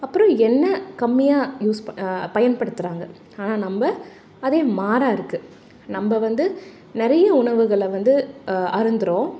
அப்புறம் எண்ணெய் கம்மியாக யூஸ் பண் பயன்படுத்துகிறாங்க ஆனால் நம்ம அதே மாறாக இருக்குது நம்ம வந்து நிறைய உணவுகளை வந்து அருந்துகிறோம்